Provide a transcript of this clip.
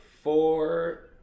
four